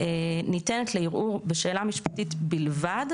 ניתנת לערעור בשאלה משפטית בלבד,